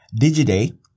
Digiday